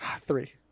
three